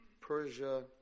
Persia